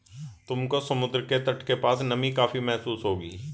तुमको समुद्र के तट के पास नमी काफी महसूस होगी